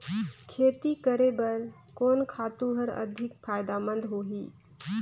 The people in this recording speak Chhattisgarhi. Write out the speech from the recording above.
खेती करे बर कोन खातु हर अधिक फायदामंद होही?